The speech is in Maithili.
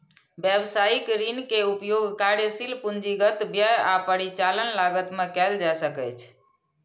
व्यवसायिक ऋण के उपयोग कार्यशील पूंजीगत व्यय आ परिचालन लागत मे कैल जा सकैछ